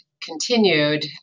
continued